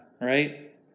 right